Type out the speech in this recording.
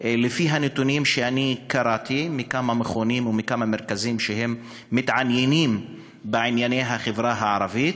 לפי הנתונים שאני קראתי מכמה מרכזים שמתעניינים בענייני החברה הערבית,